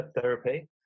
therapy